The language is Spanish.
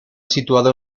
situado